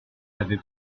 avait